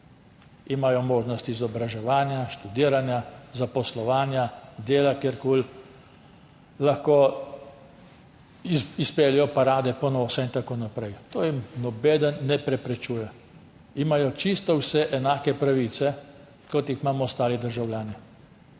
Imajo možnost izobraževanja, študiranja, zaposlovanja, dela kjerkoli, lahko izpeljejo parade ponosa in tako naprej. Tega jim nihče ne preprečuje. Imajo čisto vse enake pravice, kot jih imamo ostali državljani.